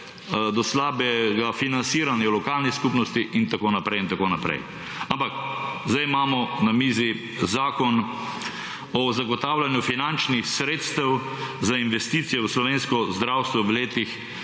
do slabega financiranja lokalnih skupnosti in tako naprej in tako naprej. Ampak zdaj imamo na mizi Zakon o zagotavljanju finančnih sredstev za investicije v slovensko zdravstvo v letih